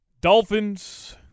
Dolphins